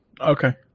Okay